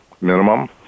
minimum